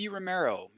Romero